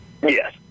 Yes